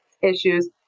issues